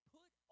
put